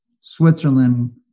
Switzerland